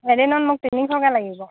এদিনত মোক তিনিশকে লাগিব